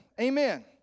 Amen